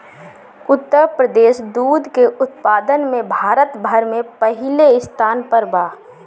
उत्तर प्रदेश दूध के उत्पादन में भारत भर में पहिले स्थान पर बा